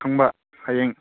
ꯊꯨꯡꯕ ꯍꯌꯦꯡ